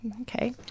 Okay